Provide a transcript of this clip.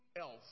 else